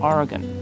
Oregon